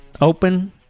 Open